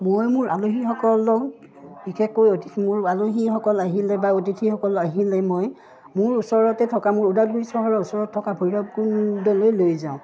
মই মোৰ আলহীসকলক বিশেষকৈ অতিথি মোৰ আলহীসকল আহিলে বা অতিথিসকল আহিলে মই মোৰ ওচৰতে থকা মোৰ ওদালগুৰি চহৰৰ ওচৰত থকা ভৈৰৱকুণ্ডলৈ লৈ যাওঁ